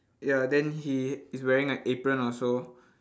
ya then he is wearing a apron also